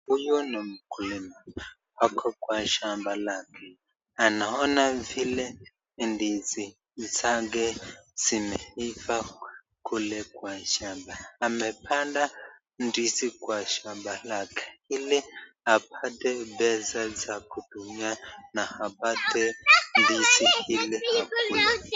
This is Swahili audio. Huyu ni mkulima ako Kwa shamba lake anaona vile ndizi zake zimeivaa kule Kwa shamba amepanda ndizi Kwa shamba lake hili apate pesa za kutumia na apate ndizi hili akule.